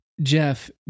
Jeff